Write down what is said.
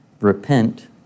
repent